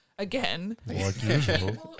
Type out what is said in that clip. Again